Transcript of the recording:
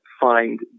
find